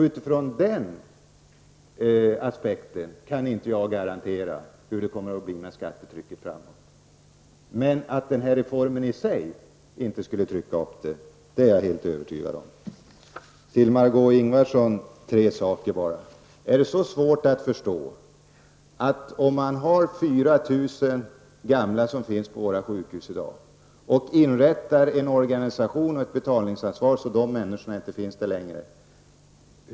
Utifrån den aspekten kan jag inte garantera hur det kommer att bli med skattetrycket framöver. Men att denna reform i sig inte skall öka skattetrycket är jag helt övertygad om. Jag vill också säga tre saker till Margó Är det så svårt att förstå att om man har 4 000 gamla på våra sjukhus i dag och inrättar en organisation och ett betalningsansvar så att dessa människor inte finns där längre, så kan vi ta hand om köerna.